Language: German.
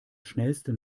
schnellsten